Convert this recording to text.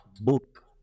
book